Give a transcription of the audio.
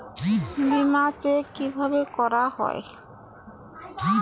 বিমা চেক কিভাবে করা হয়?